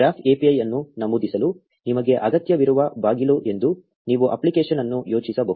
graph API ಅನ್ನು ನಮೂದಿಸಲು ನಿಮಗೆ ಅಗತ್ಯವಿರುವ ಬಾಗಿಲು ಎಂದು ನೀವು ಅಪ್ಲಿಕೇಶನ್ ಅನ್ನು ಯೋಚಿಸಬಹುದು